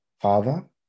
Father